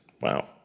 wow